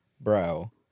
Bro